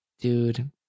Dude